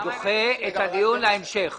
אני דוחה את הדיון להמשך.